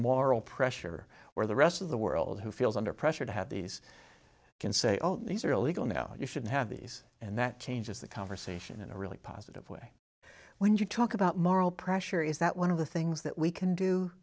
moral pressure where the rest of the world who feels under pressure to have these can say oh these are illegal now you shouldn't have these and that changes the conversation in a really positive way when you talk about moral pressure is that one of the things that we can do